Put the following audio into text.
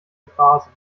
phrasen